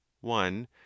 one